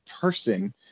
person